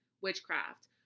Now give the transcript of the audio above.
witchcraft